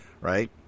Right